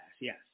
yes